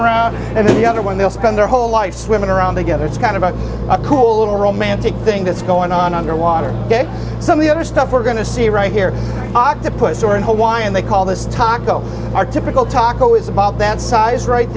around and then the other one they'll spend their whole life swimming around together it's kind of a cool little romantic thing that's going on underwater some of the other stuff we're going to see right here octopus or in hawaiian they call this taco our typical taco is about that size right